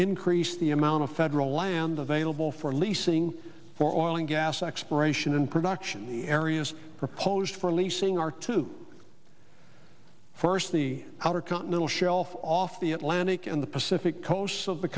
increase the amount of federal land available for leasing for oil and gas exploration and production the areas proposed for leasing are to first the outer continental shelf off the atlantic and the pacific coast of the